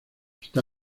está